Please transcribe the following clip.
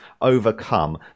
overcome